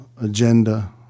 agenda